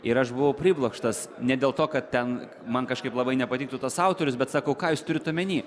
ir aš buvau priblokštas ne dėl to kad ten man kažkaip labai nepatiktų tas autorius bet sako ką jūs turite omeny